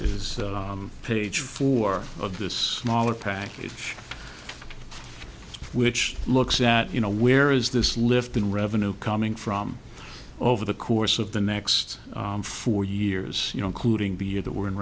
is page four of this small a package which looks at you know where is this lift in revenue coming from over the course of the next four years you know including the year that we're in